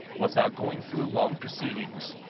without going through long proceedings.